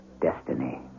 destiny